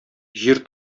җир